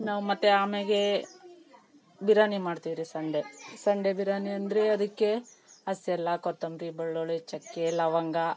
ನಾವು ಮತ್ತು ಆಮೇಲೆ ಬಿರಿಯಾನಿ ಮಾಡ್ತಿವ್ರಿ ಸಂಡೆ ಸಂಡೆ ಬಿರಿಯಾನಿ ಅಂದರೆ ಅದಕ್ಕೆ ಹಸೆಲ್ಲ ಕೊತ್ತಂಬ್ರಿ ಬೆಳ್ಳುಳ್ಳಿ ಚಕ್ಕೆ ಲವಂಗ